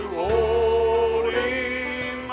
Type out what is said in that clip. holding